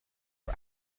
are